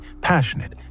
passionate